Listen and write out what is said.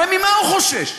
הרי ממה הוא חושש?